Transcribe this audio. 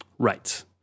Right